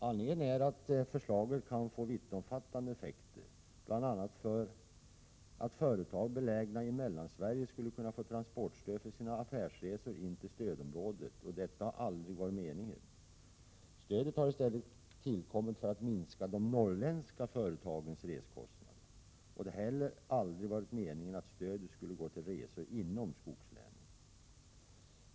Anledningen är att förslaget kan få vittomfattande effekter, bl.a. skulle företag belägna i Mellansverige få transportstöd för sina affärsresor in till stödområdet, och detta har aldrig varit meningen. Stödet har i stället tillkommit för att minska de norrländska företagens resekostnader. Det har heller aldrig varit meningen att stödet skulle gå till resor inom skogslänen.